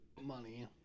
money